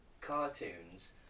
cartoons